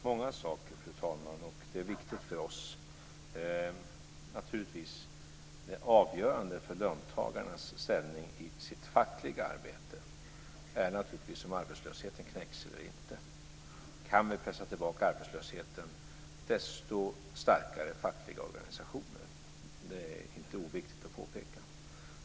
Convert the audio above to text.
Fru talman! Det finns många saker, och det här är viktigt för oss. Naturligtvis är det avgörande för löntagarnas ställning i deras fackliga arbete om arbetslösheten knäcks eller inte. Ju mer vi kan pressa tillbaka arbetslösheten desto starkare blir de fackliga organisationerna. Det är inte oviktigt att påpeka.